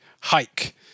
hike